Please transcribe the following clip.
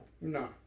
No